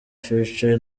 future